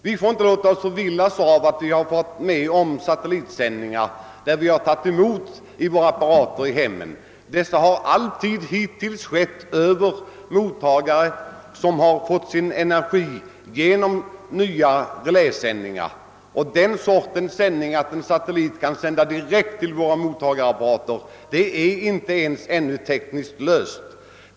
Vi får inte låta oss förvillas av att vi har fått satellitsändningar till våra apparater i hemmen, ty de har hittills alltid sänts över reläsändare med ny energitillförsel. Frågan om satellitsändningar direkt till våra mottagare är ännu inte ens tekniskt löst.